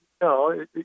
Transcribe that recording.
No